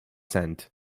cent